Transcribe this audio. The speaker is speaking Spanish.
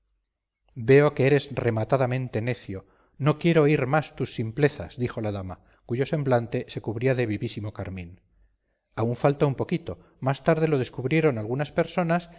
veo que eres rematadamente necio no quiero oír más tus simplezas dijo la dama cuyo semblante se cubría de vivísimo carmín aún falta un poquito más tarde lo descubrieron algunas personas